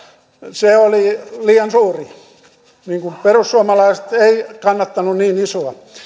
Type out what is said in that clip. se oli liian suuri perussuomalaiset ei kannattanut niin isoa